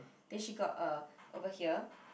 then she got a over here